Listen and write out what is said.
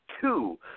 two